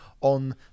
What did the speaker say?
on